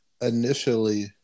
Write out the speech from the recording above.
initially